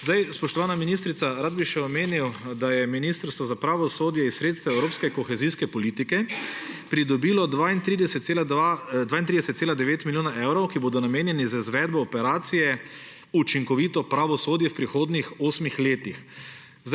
Spoštovana ministrica, rad bi še omenil, da je Ministrstvo za pravosodje iz sredstev evropske kohezijske politike pridobilo 32,9 milijonov evrov, ki bodo namenjeni za izvedbo operacije Učinkovito pravosodje v prihodnjih osmih letih.